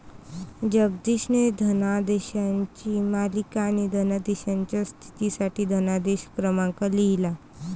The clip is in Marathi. जगदीशने धनादेशांची मालिका आणि धनादेशाच्या स्थितीसाठी धनादेश क्रमांक लिहिला